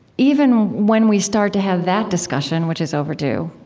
even when we start to have that discussion, which is overdue,